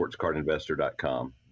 sportscardinvestor.com